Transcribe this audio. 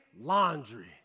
laundry